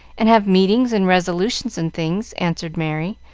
and have meetings and resolutions and things, answered merry,